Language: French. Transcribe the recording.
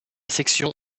section